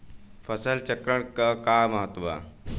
फसल चक्रण क का महत्त्व बा?